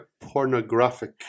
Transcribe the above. pornographic